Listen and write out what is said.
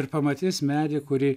ir pamatys medį kurį